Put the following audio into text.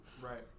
Right